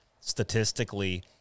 statistically